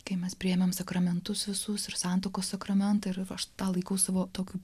kai mes priėmėme sakramentus visus ir santuokos sakramentą ir aš tą laikausi savo tokio